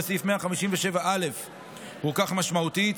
וסעיף 157א רוכך משמעותית.